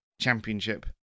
championship